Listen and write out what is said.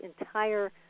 entire